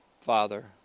father